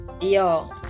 yo